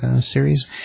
series